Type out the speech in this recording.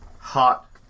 Hot